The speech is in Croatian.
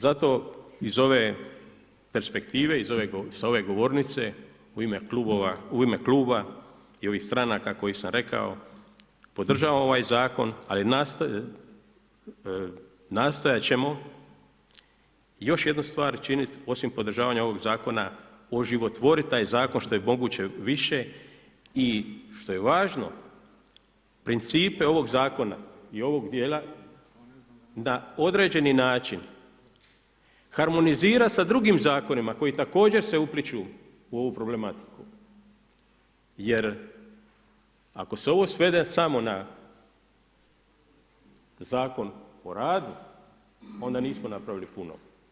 Zato iz ove perspektive sa ove govornice u ime kluba i ovih stranaka koje sam rekao podržavam ovaj zakon, ali nastojat ćemo još jednu stvar činiti osim podržavanja ovog zakona oživotvorit taj zakon što je moguće više i što je važno principe ovog zakona i ovog dijela na određeni način harmonizira sa drugim zakonima koji također se upliću u ovu problematiku jer ako se ovo svede samo na Zakon o radu, onda nismo napravili puno.